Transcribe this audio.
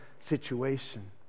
situation